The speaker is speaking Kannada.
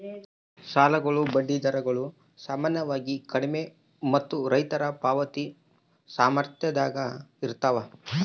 ಸಾಲಗಳ ಬಡ್ಡಿ ದರಗಳು ಸಾಮಾನ್ಯವಾಗಿ ಕಡಿಮೆ ಮತ್ತು ರೈತರ ಪಾವತಿ ಸಾಮರ್ಥ್ಯದಾಗ ಇರ್ತವ